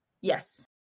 Yes